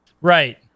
right